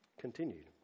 continued